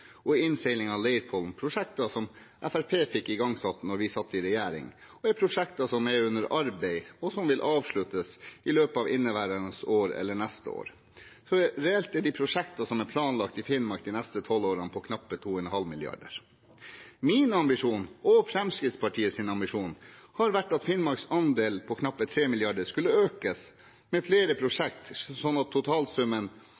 og Innseiling Leirpollen prosjekter som Fremskrittspartiet fikk igangsatt da vi satt i regjering. Det er prosjekter som er under arbeid, og som vil avsluttes i løpet av inneværende år eller neste år. Reelt er de prosjekter som er planlagt i Finnmark de neste tolv årene, på knappe 2,5 mrd. kr. Min og Fremskrittspartiets ambisjon har vært at Finnmarks andel på knappe 3 mrd. kr skulle økes med flere